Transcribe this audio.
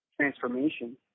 transformation